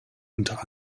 unter